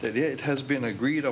that it has been agreed